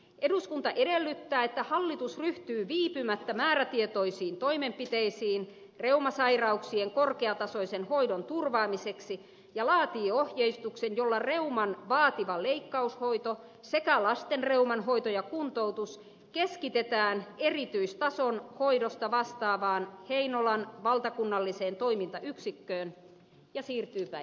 eduskunta edellyttää että hallitus ryhtyy viipymättä määrätietoisiin toimenpiteisiin reumasairauksien korkeatasoisen hoidon turvaamiseksi ja laatii ohjeistuksen jolla reuman vaativa leikkaushoito sekä lastenreuman hoito ja kuntoutus keskitetään erityistason hoidosta vastaavaan heinolan valtakunnalliseen toimintayksikköön ja siirtyy päiväjärjestykseen